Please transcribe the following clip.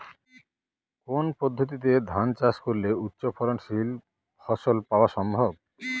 কোন পদ্ধতিতে ধান চাষ করলে উচ্চফলনশীল ফসল পাওয়া সম্ভব?